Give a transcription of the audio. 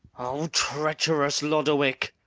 o treacherous lodowick!